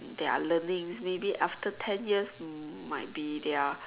their learnings maybe after ten years might be their